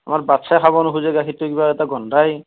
আমাৰ বাচ্চাই খাব নোখোজে কিবা এটা গোন্ধায়